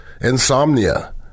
Insomnia